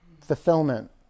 fulfillment